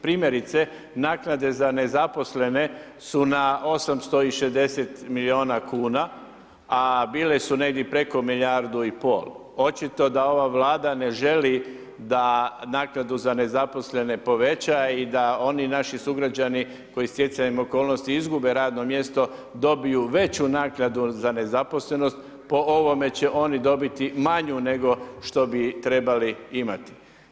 Primjerice, naknade za nezaposlene su na 860 miliona kuna, a bile su negdje preko milijardu i pol, očito da ova Vlada ne želi da naknadu za nezaposlene poveća i da oni naši sugrađani koji stjecajem okolnosti izgube radno mjesto dobiju veću naknadu za nezaposlenost, po ovome će oni dobiti manju nego što bi trebali imati.